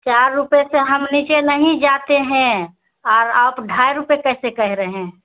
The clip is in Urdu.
چار روپیے سے ہم نیچے نہیں جاتے ہیں اور آپ ڈھائی روپے کیسے کہہ رہے ہیں